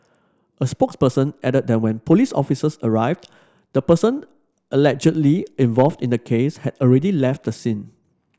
a spokesperson added that when police officers arrived the person allegedly involved in the case had already left the scene